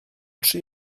tri